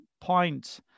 point